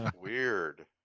Weird